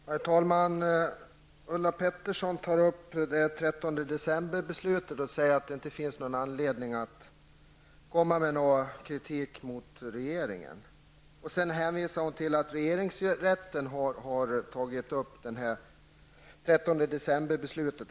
Herr talman! Ulla Pettersson tog upp 13decemberbeslutet och sade att det inte finns anledning att komma med kritik mot regeringen. Hon hänvisade till att regeringsrätten har prövat detta beslut.